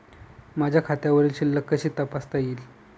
माझ्या खात्यावरील शिल्लक कशी तपासता येईल?